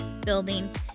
building